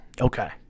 okay